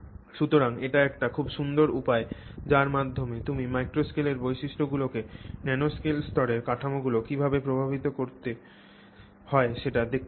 সুতরাং এটি একটি খুব সুন্দর উপায় যার মাধ্যমে তুমি ম্যাক্রোস্কেলের বৈশিষ্ট্যগুলিকে ন্যানোস্কেল স্তরের কাঠামোগুলি কীভাবে প্রভাবিত করে দেখতে পাও